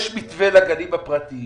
יש מתווה לגנים הפרטיים